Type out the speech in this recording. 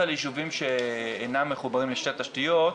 יישובים שאינם מחוברים לשתי התשתיות.